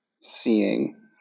seeing